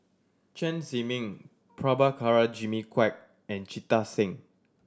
Chen Zhiming Prabhakara Jimmy Quek and Jita Singh